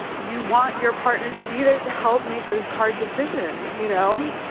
you want your partner to be there to help make those hard decisions, you know.